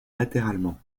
latéralement